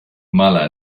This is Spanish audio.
mala